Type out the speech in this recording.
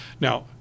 Now